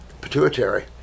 Pituitary